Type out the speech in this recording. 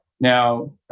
now